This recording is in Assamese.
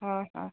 অঁ হয়